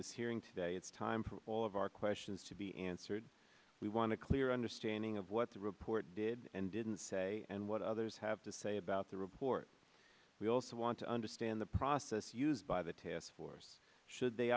this hearing today it's time for all of our questions to be answered we want to clear understanding of what the report did and didn't say and what others have to say about the report we also want to understand the process used by the task force should they